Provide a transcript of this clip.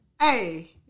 Hey